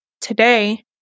today